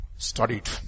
studied